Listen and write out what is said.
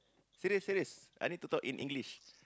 serious serious I need to talk in English